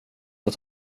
att